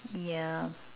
yeah